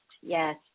Yes